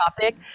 topic